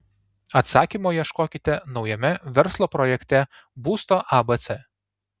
atsakymo ieškokite naujame verslo projekte būsto abc